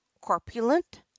corpulent